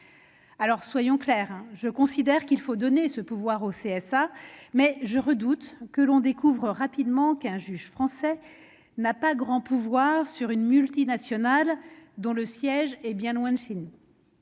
ne suffisait pas. Je considère qu'il faut donner ce pouvoir au CSA, mais je redoute que l'on ne découvre rapidement qu'un juge français n'a pas grand pouvoir sur une multinationale dont le siège est implanté bien